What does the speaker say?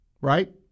Right